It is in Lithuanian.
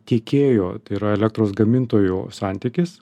tiekėjo tai yra elektros gamintojų santykis